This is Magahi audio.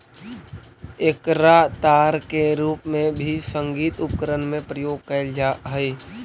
एकरा तार के रूप में भी संगीत उपकरण में प्रयोग कैल जा हई